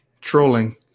trolling